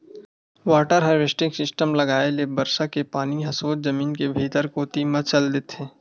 water harvesting system लगाए ले बरसा के पानी ह सोझ जमीन के भीतरी कोती म चल देथे